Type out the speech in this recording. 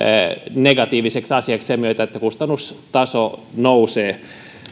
negatiiviseksi asiaksi sen myötä että kustannustaso nousee